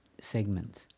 segments